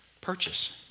purchase